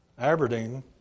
aberdeen